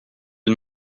une